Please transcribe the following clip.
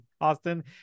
austin